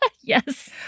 Yes